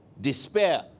despair